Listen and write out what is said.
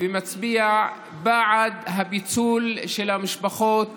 ומצביע בעד הפיצול של המשפחות